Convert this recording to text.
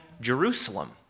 Jerusalem